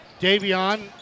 Davion